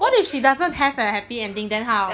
what if she doesn't have a happy ending then how